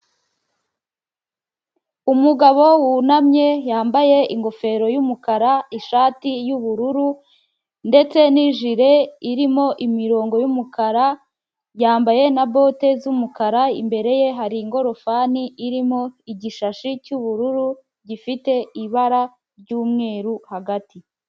Umugabo wunamye yambaye ingofero y'umukara, ishati y'ubururu ndetse n'ijire irimo imirongo y'umukara, yambaye na bote z'umukara imbere ye hari ingororofani irimo igishashi cy'ubururu gifite ibara ry'umweru hagati.